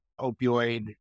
opioid